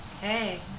Hey